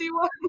one